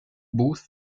booth